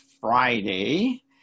Friday